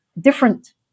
different